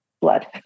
Blood